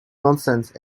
nonsense